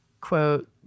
quote